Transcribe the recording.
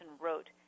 wrote